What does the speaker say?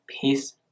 Peace